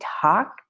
talk